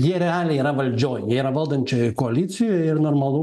jie realiai yra valdžioj jie yra valdančiojoj koalicijoj ir normalu